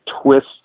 twist